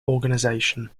organization